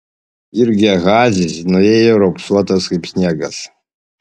ir gehazis nuėjo raupsuotas kaip sniegas